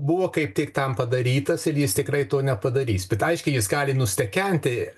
buvo kaip tik tam padarytas ir jis tikrai to nepadarys bet aiškiai jis gali nustekenti